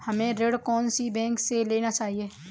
हमें ऋण कौन सी बैंक से लेना चाहिए?